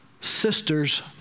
sister's